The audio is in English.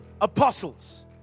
Apostles